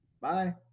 Bye